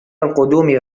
القدوم